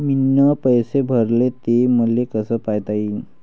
मीन पैसे भरले, ते मले कसे पायता येईन?